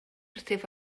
wrthyf